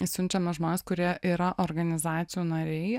siunčiame žmones kurie yra organizacijų nariai